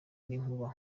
n’inkuba